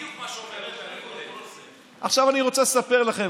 בדיוק מה, עכשיו, אני רוצה לספר לכם,